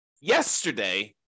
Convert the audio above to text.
yesterday